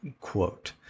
quote